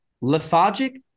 lethargic